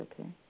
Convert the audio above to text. okay